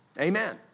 Amen